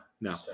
No